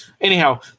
Anyhow